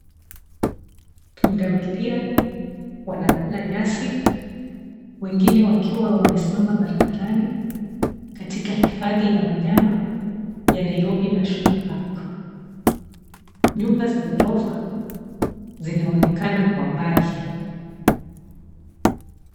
Pundamilia wanakula nyasi wengine wakiwa wamesimama barabarani, katika hifadhi ya wanyama ya Nairobi National Park. Nyumba za ghorofa, zinaonekana kwa mbali.